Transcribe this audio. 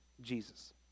Jesus